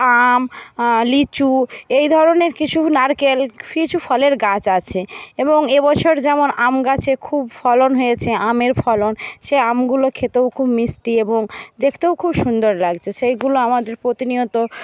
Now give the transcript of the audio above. আম লিচু এই ধরনের কিছু নারকেল কিছু ফলের গাছ আছে এবং এবছর যেমন আমগাছে খুব ফলন হয়েছে আমের ফলন সেই আমগুলো খেতেও খুব মিষ্টি এবং দেখতেও খুব সুন্দর লাগছে সেইগুলো আমাদের প্রতিনিয়ত